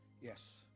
Yes